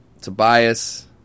Tobias